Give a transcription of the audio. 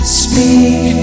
speak